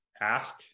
ask